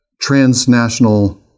transnational